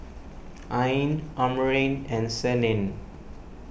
Ain Amrin and Senin